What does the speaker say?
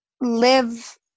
live